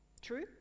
True